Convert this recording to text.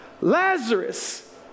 Lazarus